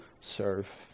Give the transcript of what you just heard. serve